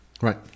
Right